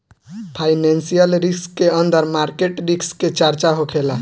financial risk के अंदर market risk के चर्चा होखेला